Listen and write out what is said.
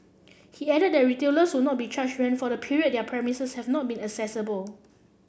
he added that retailers would not be charged rent for the period their premises have not been accessible